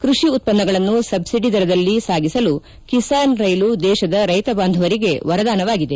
ಕೃಷಿ ಉತ್ಪನ್ನಗಳನ್ನು ಸಬ್ಲಡಿ ದರದಲ್ಲಿ ಸಾಗಿಸಲು ಕಿಸಾನ್ ರೈಲು ದೇಶದ ರೈತ ಬಾಂಧವರಿಗೆ ವರದಾನವಾಗಿದೆ